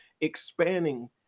expanding